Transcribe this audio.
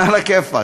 1.73. עלא כיפאק.